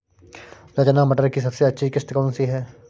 रचना मटर की सबसे अच्छी किश्त कौन सी है?